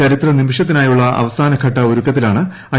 ചരിത്ര നിമിഷത്തിനായുള്ള അവസാനഘട്ട ഒരുക്കത്തിലാണ് ഐ